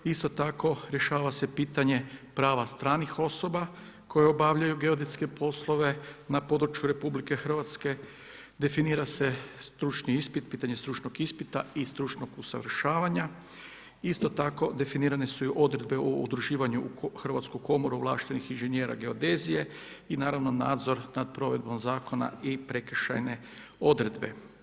Isto tako rješava se pitanje prava stranih osoba koji obavljaju geodetske poslove na području RH, definira se pitanje stručnog ispita i stručnog usavršavanja, isto tako definirane su i odredbe u udruživanju u Hrvatsku komoru ovlaštenih inženjera geodezije i naravno nadzor nad provedbom zakona i prekršajne odredbe.